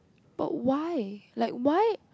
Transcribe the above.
but why like why